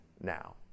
now